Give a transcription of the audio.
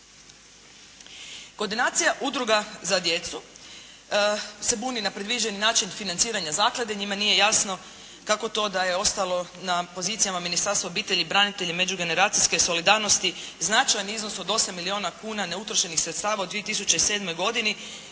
Koordinacija udruga za djecu se buni na predviđeni način financiranja zaklade. Njima nije jasno kako to da je ostalo na pozicijama Ministarstva obitelji, branitelja, međugeneracijske solidarnosti, značajan iznos od 8 milijuna kuna neutrošenih sredstava u 2007. godini